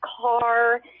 car